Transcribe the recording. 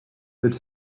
but